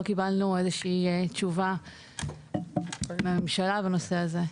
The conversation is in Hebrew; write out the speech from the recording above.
לא קיבלנו איזו שהיא תשובה מהממשלה בנושא הזה.